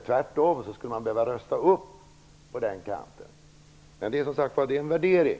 Tvärtom - man skulle behöva rusta upp på den kanten. Men det är som sagt en värdering.